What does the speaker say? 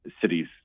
cities